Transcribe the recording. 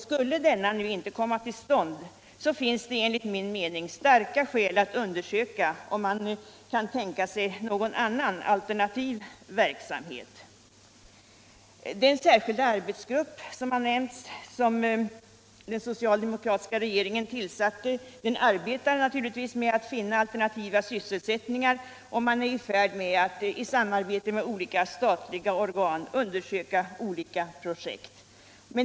Skulle denna inte komma till stånd finns det enligt min mening starka skäl att undersöka om något annat alternativ möjligen föreligger. Den särskilda arbetsgrupp som den socialdemokratiska regeringen tillsatte arbetar naturligtvis med att finna alternativa sysselsättningar. Man är i färd med att i samarbete med olika statliga organ undersöka vissa projekt.